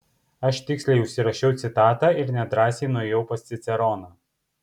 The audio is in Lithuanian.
aš tiksliai užsirašiau citatą ir nedrąsiai nuėjau pas ciceroną